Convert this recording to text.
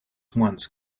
once